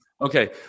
Okay